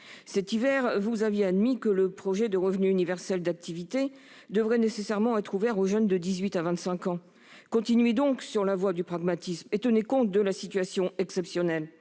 Cet hiver, vous aviez admis que le projet de revenu universel d'activité devrait nécessairement être ouvert aux jeunes de 18 à 25 ans. Continuez donc sur la voie du pragmatisme et tenez compte de la situation exceptionnelle.